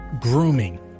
Grooming